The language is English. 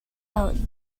out